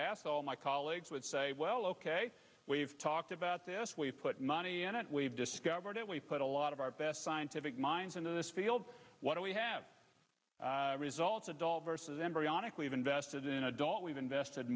ask all my colleagues would say well ok we've talked about this we've put money in it we've discovered it we've put a lot of our best scientific minds into this field what do we have results of dull versus embryonic we've invested in adult we've invested